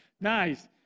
Nice